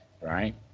right